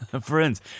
Friends